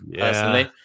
personally